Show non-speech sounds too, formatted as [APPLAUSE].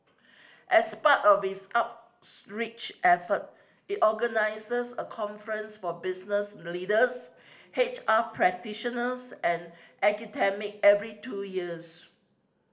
as part of its [UNINTELLIGIBLE] effort it organises a conference for business leaders H R practitioners and academic every two years